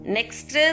Next